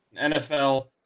NFL